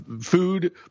food